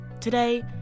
Today